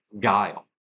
guile